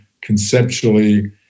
conceptually